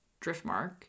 Driftmark